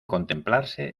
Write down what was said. contemplarse